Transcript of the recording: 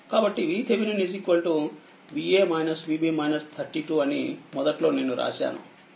కాబట్టి VTheveninVa Vb 32 అనిమొదట్లోనేనురాశాను